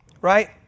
right